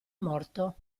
morto